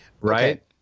right